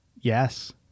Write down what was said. yes